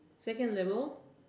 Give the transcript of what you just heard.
second level